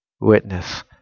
witness